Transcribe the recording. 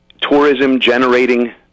tourism-generating